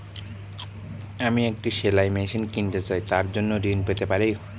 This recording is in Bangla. আমি একটি সেলাই মেশিন কিনতে চাই তার জন্য ঋণ পেতে পারি?